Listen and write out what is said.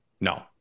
No